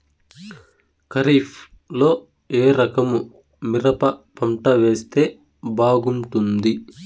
ఖరీఫ్ లో ఏ రకము మిరప పంట వేస్తే బాగుంటుంది